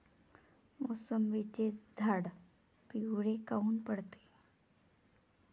मोसंबीचे झाडं पिवळे काऊन पडते?